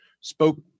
Spoke